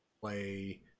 Play